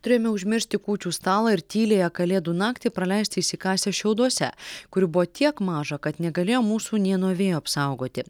turėjome užmiršti kūčių stalą ir tyliąją kalėdų naktį praleisti įsikasę šiauduose kurių buvo tiek maža kad negalėjo mūsų nė nuo vėjo apsaugoti